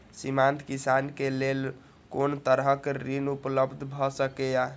सीमांत किसान के लेल कोन तरहक ऋण उपलब्ध भ सकेया?